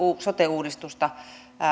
sote uudistusta